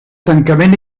tancament